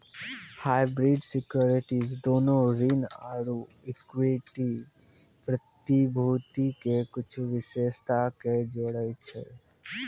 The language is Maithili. हाइब्रिड सिक्योरिटीज दोनो ऋण आरु इक्विटी प्रतिभूति के कुछो विशेषता के जोड़ै छै